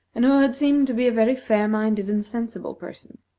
and who had seemed to be a very fair-minded and sensible person.